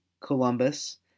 Columbus